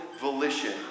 volition